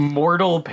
mortal